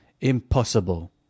Impossible